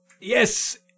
Yes